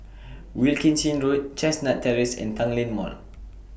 Wilkinson Road Chestnut Terrace and Tanglin Mall